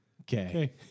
okay